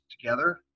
together